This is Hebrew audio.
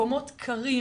מקומות קרים,